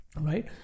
right